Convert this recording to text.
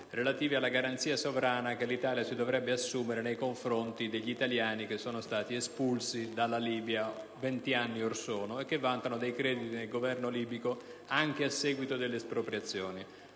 relativi alla garanzia sovrana che l'Italia si dovrebbe assumere nei confronti degli italiani espulsi dalla Libia vent'anni or sono e che vantano dei crediti nei confronti del Governo libico anche a seguito delle espropriazioni.